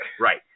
Right